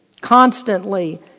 Constantly